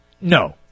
no